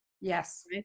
Yes